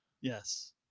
yes